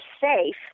safe